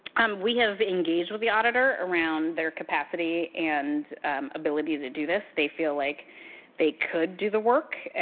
um we have engaged with the auditor around their capacity and ability to do this, they feel like they could do the work.